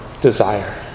desire